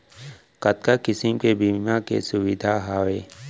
कतका किसिम के बीमा के सुविधा हावे?